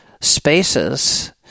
spaces